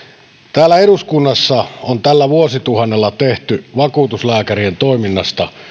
täällä eduskunnassa on tällä vuosituhannella tehty vakuutuslääkärien toiminnasta